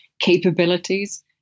capabilities